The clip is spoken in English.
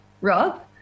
Rob